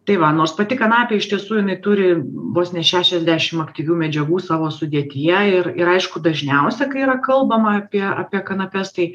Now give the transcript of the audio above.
tai va nors pati kanapė iš tiesų jinai turi vos ne šešiasdešim aktyvių medžiagų savo sudėtyje ir ir aišku dažniausia kai yra kalbama apie apie kanapes tai